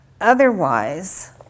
Otherwise